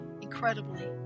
incredibly